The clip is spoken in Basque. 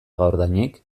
gaurdanik